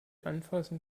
anfassen